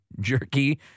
jerky